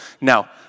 Now